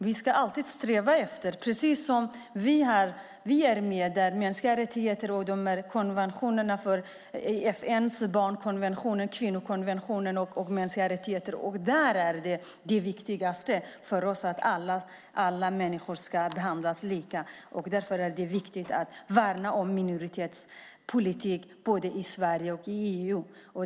Vi ska alltid sträva vidare, precis som vi är med när det gäller mänskliga rättigheter och FN:s konventioner för barn och kvinnor. Där är det viktigaste för oss att alla människor ska behandlas lika. Därför är det viktigt att värna minoritetspolitik både i Sverige och i EU.